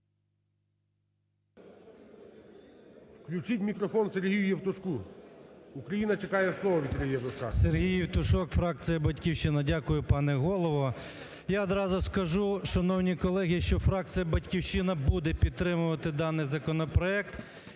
Включіть мікрофон Сергію Євтушку, Україна чекає слово від Сергія Євтушка. 17:38:51 ЄВТУШОК С.М. Сергій Євтушок, фракція "Батьківщина". Дякую, пане Голово. Я одразу скажу, шановні колеги, що фракція "Батьківщина" буде підтримувати даний законопроект.